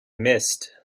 missed